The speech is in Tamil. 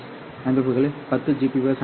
அமைப்புகள் 10Gbps அமைப்புகள்